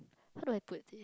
how do I put it